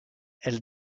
elle